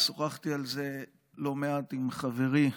ושוחחתי על זה לא מעט עם חברי,